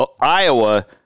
Iowa